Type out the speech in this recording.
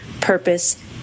purpose